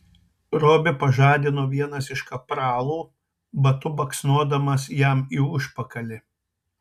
robį pažadino vienas iš kapralų batu baksnodamas jam į užpakalį